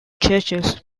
churches